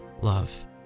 love